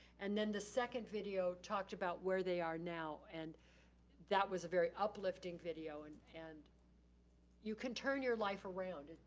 and then the second video talked about where they are now and that was a very uplifting video and and you can turn your life around.